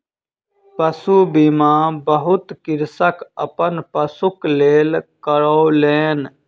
पशु बीमा बहुत कृषक अपन पशुक लेल करौलेन